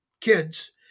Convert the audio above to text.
kids